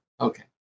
okay